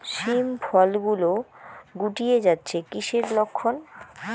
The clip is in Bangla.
শিম ফল গুলো গুটিয়ে যাচ্ছে কিসের লক্ষন?